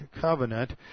covenant